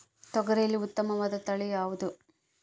ತೊಗರಿಯಲ್ಲಿ ಉತ್ತಮವಾದ ತಳಿ ಯಾವುದು?